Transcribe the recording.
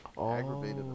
aggravated